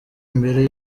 mbere